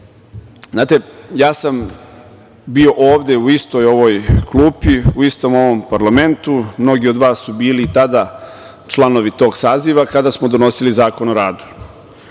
Znate, ja sam bio ovde u istoj ovoj klupi, u istom ovom parlamentu, mnogi od vas su bili tada članovi tog saziva kada smo donosili Zakon o radu.